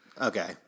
Okay